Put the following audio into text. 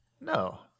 no